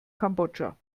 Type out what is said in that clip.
kambodscha